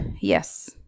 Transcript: yes